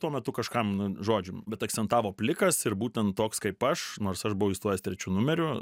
tuo metu kažkam nu žodžiu bet akcentavo plikas ir būtent toks kaip aš nors aš buvau įstojęs trečiu numeriu